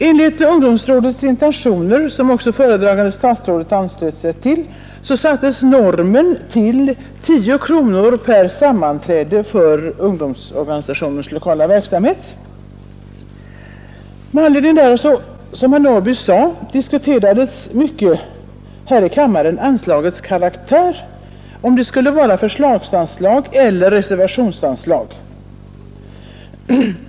Enligt ungdomsrådets intentioner, som också föredragande statsrådet anslöt sig till, sattes normen till 10 kronor per sammanträde för ungdomsorganisationers lokala verksamhet. Med anledning därav diskuterades här i kammaren, som herr Norrby i Gunnarskog sade, anslagets karaktär, om det skulle vara förslagsanslag eller reservationsanslag.